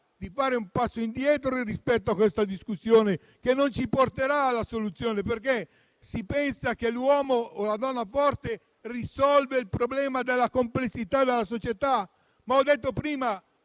di fare un passo indietro rispetto a questa discussione che non ci porterà alla soluzione. Si pensa che l'uomo o la donna forte risolva il problema della complessità della società? Ho citato prima